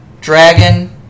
Dragon